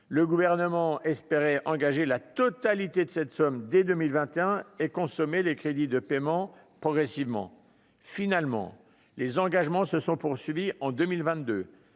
le gouvernement espérait engager la totalité de cette somme dès 2021 et consommer les crédits de paiement progressivement finalement les engagements se sont poursuivies en 2022,